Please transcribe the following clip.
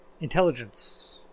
Intelligence